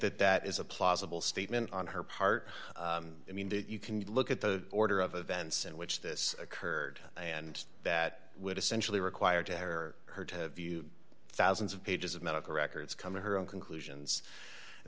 that that is a plausible statement on her part i mean that you can look at the order of events in which this occurred and that would essentially require to her or her to the thousands of pages of medical records coming her own conclusions and